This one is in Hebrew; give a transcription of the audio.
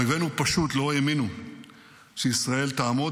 אויבנו פשוט לא האמינו שישראל תעמוד